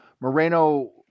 moreno